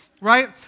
Right